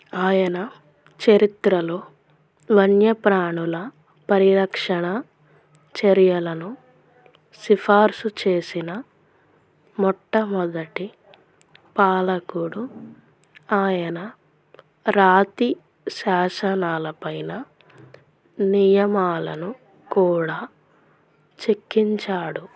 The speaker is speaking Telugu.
ఆయన చరిత్రలో వన్యప్రాణుల పరిరక్షణ చర్యలను సిఫార్సు చేసిన మొట్టమొదటి పాలకుడు ఆయన రాతి శాసనాలపైన నియమాలను కూడా చెక్కించాడు